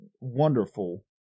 wonderful